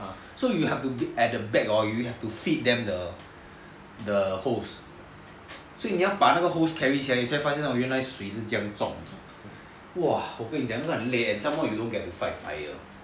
so you have to be at the back hor to feed them the hose 所以你要把那个 hose carry 才发现到原来水是这样重 !wah! 我跟你讲真的很累 some more you don't get to fight fire